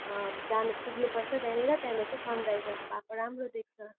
जानु पुग्नुपर्छ त्यहाँनिर त्यहाँनिर चाहिँ सनराइजहरू भएको राम्रो देख्छ